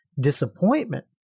Disappointment